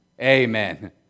Amen